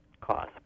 cause